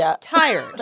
tired